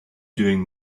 doing